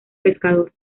pescador